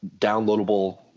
downloadable